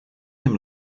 him